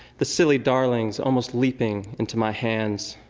the silly darlings almost leaping into my hands,